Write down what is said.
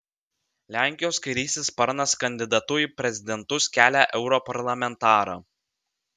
lenkijos kairysis sparnas kandidatu į prezidentus kelia europarlamentarą